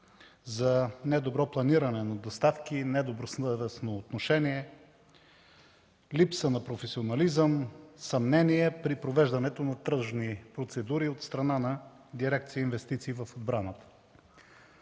за недобро планиране на доставки и недобросъвестно отношение, липса на професионализъм, съмнения при провеждането на тръжни процедури от страна на дирекция „Инвестиции в отбраната“.